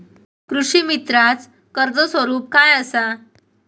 कृषीमित्राच कर्ज स्वरूप काय असा?